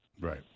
Right